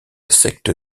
secte